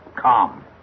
Come